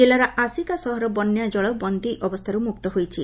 ଜିଲ୍ପାର ଆସିକା ସହର ବନ୍ୟାଜଳ ବନ୍ଦୀ ଅବସ୍ଚାରୁ ମୁକ୍ତ ହୋଇଛି